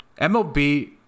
MLB